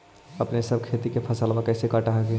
अपने सब खेती के फसलबा कैसे काट हखिन?